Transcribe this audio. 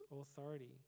authority